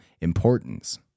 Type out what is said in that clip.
importance